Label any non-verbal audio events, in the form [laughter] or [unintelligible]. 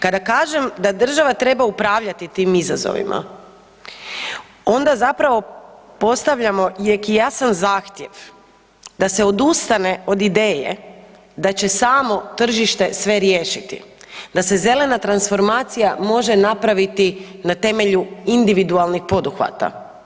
Kada kažem da država treba upravljati tim izazovima, onda zapravo postavljamo i ... [unintelligible] jasan zahtjev da se odustane od ideje da će samo tržište sve riješiti, da se zelena transformacija može napraviti na temelju individualnih poduhvata.